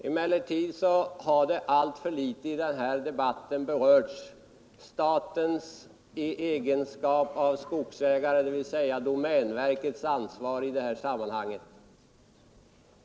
Emellertid har i denna debatt alltför litet berörts statens i dess egenskap av skogsägare, dvs. domänverkets, ansvar i det här sammanhanget.